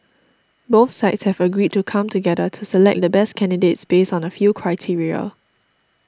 both sides have agreed to come together to select the best candidates based on a few criteria